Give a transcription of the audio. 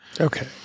Okay